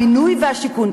הבינוי והשיכון,